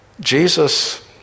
Jesus